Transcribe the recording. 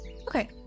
Okay